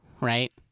Right